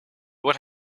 would